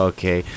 Okay